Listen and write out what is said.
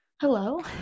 Hello